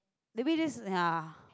maybe just ya